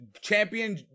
champion